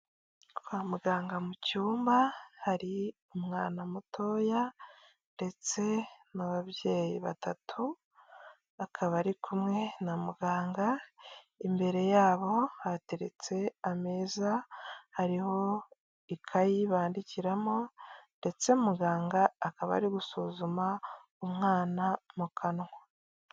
Kwa muganga mu cyumba har’umwana mutoya ndetse n’ababyeyi batatu, akaba ari kumwe na muganga. Imbere yabo hateretse ameza, hariho ikayi bandikiramo ndetse muganga akaba ari gusuzuma umwana mu kanwa.